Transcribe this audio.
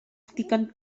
ddigon